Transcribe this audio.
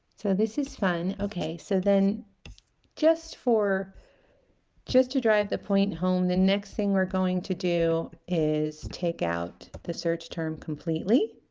so this is fun okay so then just for just to drive the point home the next thing we're going to do is take out the search term completely